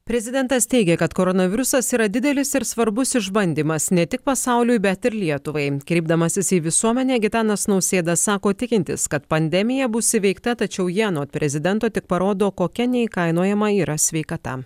prezidentas teigė kad koronavirusas yra didelis ir svarbus išbandymas ne tik pasauliui bet ir lietuvai kreipdamasis į visuomenę gitanas nausėda sako tikintis kad pandemija bus įveikta tačiau ji anot prezidento tik parodo kokia neįkainojama yra sveikata